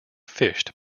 fished